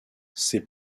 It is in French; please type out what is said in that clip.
ses